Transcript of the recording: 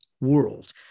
world